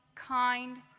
kind,